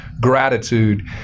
gratitude